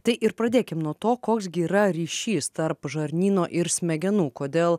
tai ir pradėkim nuo to koks gi yra ryšys tarp žarnyno ir smegenų kodėl